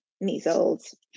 Measles